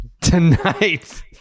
Tonight